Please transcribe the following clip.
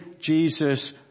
Jesus